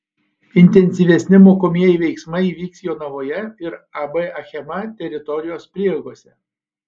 intensyvesni mokomieji veiksmai vyks jonavoje ir ab achema teritorijos prieigose